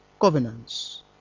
covenants